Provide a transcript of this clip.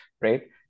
right